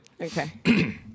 okay